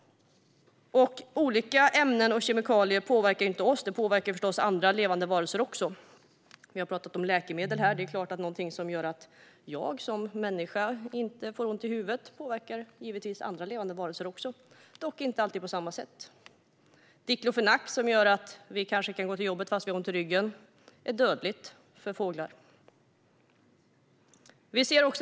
Olika ämnen och kemikalier påverkar inte bara oss utan påverkar förstås också andra levande varelser. Vi har talat om läkemedel. Något som gör att jag som människa inte får ont i huvudet påverkar givetvis andra levande varelser också, dock inte alltid på samma sätt. Diklofenak, som gör att vi kan gå till jobbet fast vi har ont i ryggen, är dödligt för fåglar.